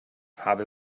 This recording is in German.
habe